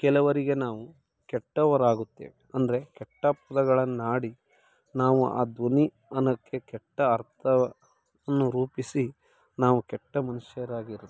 ಕೆಲವರಿಗೆ ನಾವು ಕೆಟ್ಟವರಾಗುತ್ತೇವೆ ಅಂದರೆ ಕೆಟ್ಟ ಪದಗಳನ್ನಾಡಿ ನಾವು ಆ ಧ್ವನಿ ಅನ್ನೋಕೆ ಕೆಟ್ಟ ಅರ್ಥವನ್ನು ರೂಪಿಸಿ ನಾವು ಕೆಟ್ಟ ಮನುಷ್ಯರಾಗಿರುತ್ತೇವೆ